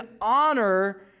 honor